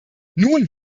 nun